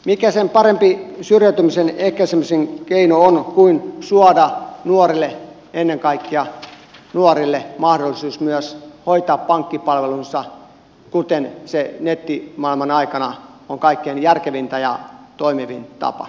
mikä sen parempi syrjäytymisen ehkäisemisen keino on kuin suoda nuorille ennen kaikkea nuorille mahdollisuus myös hoitaa pankkipalvelunsa niin kuin on nettimaailman aikana kaikkein järkevintä ja toimivin tapa